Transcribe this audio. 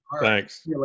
Thanks